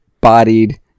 bodied